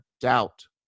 doubt